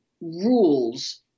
rules